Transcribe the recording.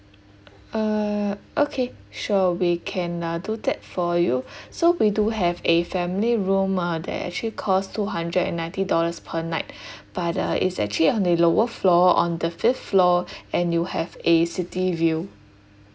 uh okay sure we can uh do that for you so we do have a family room uh that actually cost two hundred and ninety dollars per night but uh it's actually on the lower floor on the fifth floor and you have a city view